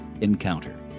Encounter